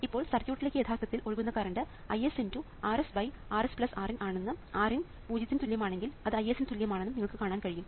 ഇപ്പോൾ സർക്യൂട്ടിലേക്ക് യഥാർത്ഥത്തിൽ ഒഴുകുന്ന കറണ്ട് Is×RsRsRin ആണെന്നും Rin പൂജ്യത്തിന് തുല്യമാണെങ്കിൽ അത് Is ന് തുല്യമാണെന്നും നിങ്ങൾക്ക് കാണാൻ കഴിയും